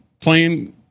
playing